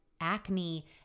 acne